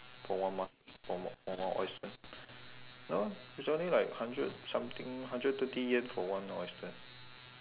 for one mus~ for on~ for one oyster no it's only like hundred something hundred thirty yen for one oyster